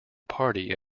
party